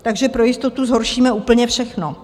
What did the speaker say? Takže pro jistotu zhoršíme úplně všechno.